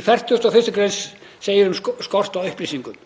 Í 41. gr. segir um skort á upplýsingum: